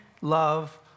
love